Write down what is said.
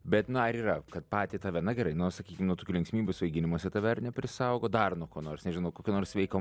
bet na ar yra kad patį tave na gerai nu sakykim nuo tokių linksmybių svaiginimosi tave ar ne prisaugo dar nuo ko nors nežinau kokio nors sveiko